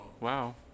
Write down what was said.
Wow